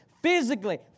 physically